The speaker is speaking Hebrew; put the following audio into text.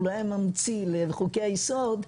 אולי היה ממציא לחוקי היסוד,